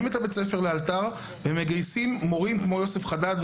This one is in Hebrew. את בית הספר לאלתר ומגייסים מורים כמו יוסף חדד,